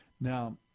Now